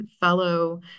fellow